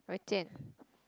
Wei-Jian